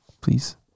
please